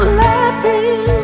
laughing